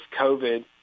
COVID